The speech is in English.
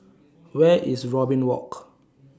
Where IS Robin Walk